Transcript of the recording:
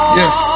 yes